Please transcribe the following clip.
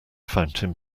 fountain